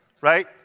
Right